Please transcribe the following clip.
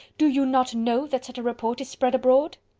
do you not know that such a report is spread abroad?